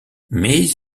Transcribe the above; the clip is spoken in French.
mais